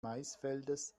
maisfeldes